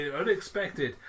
unexpected